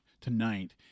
tonight